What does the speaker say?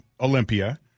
Olympia